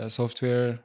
software